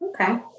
Okay